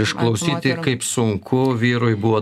išklausyti kaip sunku vyrui buvo